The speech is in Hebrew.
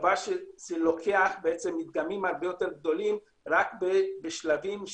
דבר שמחייב מדגמים גדולים יותר רק בשלב 3